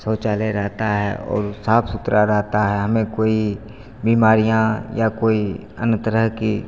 शौचालय रहता है और साफ़ सुथरा रहता है हमें कोई बीमारियाँ या कोई अन्य तरह की